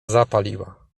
zapaliła